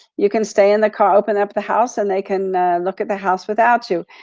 you can stay in the car. open up the house and they can look at the house without you.